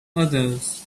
others